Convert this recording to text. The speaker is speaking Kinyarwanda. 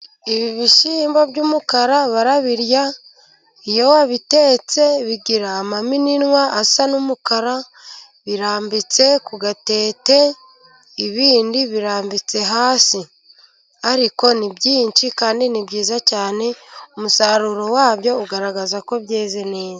Ibi ibishyimbo by'umukara barabirya. Iyo wabitetse, bigira amaminwa asa n'umukara. Birambitse ku gatete, ibindi birambitse hasi, ariko ni byinshi kandi ni byiza cyane. Umusaruro wabyo ugaragaza ko byeze neza.